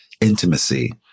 intimacy